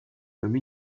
comme